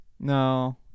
No